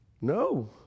No